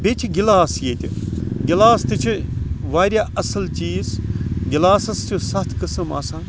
بیٚیہِ چھِ گِلاس ییٚتہِ گِلاس تہِ چھِ واریاہ اصٕل چیٖز گِلاسَس چھِ سَتھ قسم آسان